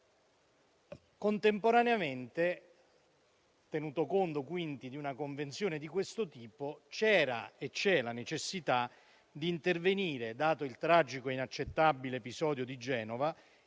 Contemporaneamente, tenuto conto quindi di una convenzione di questo tipo, c'era e c'è la necessità di intervenire, dato il tragico e inaccettabile episodio di Genova